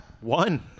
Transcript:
One